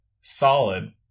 solid